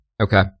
Okay